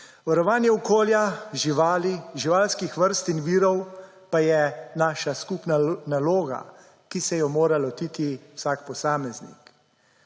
Varovanje okolja, živali, živalskih vrst in virov pa je naša skupna naloga, ki se jo mora lotiti vsak posameznik.